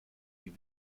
die